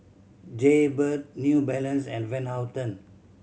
Jaybird New Balance and Van Houten